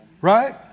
Right